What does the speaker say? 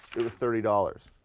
it was thirty dollars,